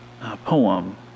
poem